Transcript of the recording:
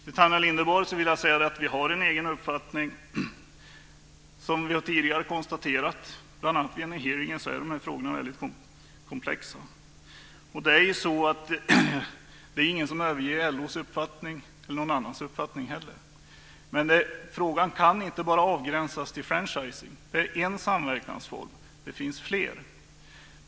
Till Tanja Linderborg vill jag säga att vi har en egen uppfattning. Som vi tidigare har konstaterat, bl.a. vid hearingen, är de här frågorna mycket komplexa. Det är ingen som överger LO:s uppfattning eller någon annans uppfattning heller. Men frågan kan inte bara avgränsas till franchising. Det är en samverkansform. Det finns fler.